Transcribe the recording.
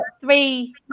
three